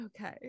okay